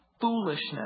foolishness